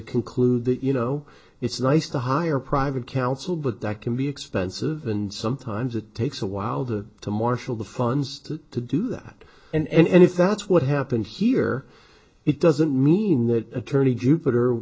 conclude that you know it's nice to hire private counsel but that can be expensive and sometimes it takes a while the to marshal the funds to do that and if that's what happened here it doesn't mean that attorney jupiter